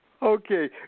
Okay